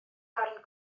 darn